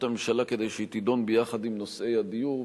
הממשלה כדי שהיא תידון ביחד עם נושאי הדיור,